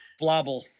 Blobble